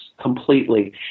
completely